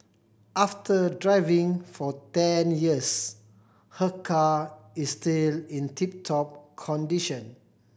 after driving for ten years her car is still in tip top condition